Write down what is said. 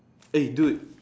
eh dude